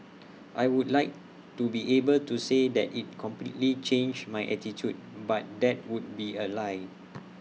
I would like to be able to say that IT completely changed my attitude but that would be A lie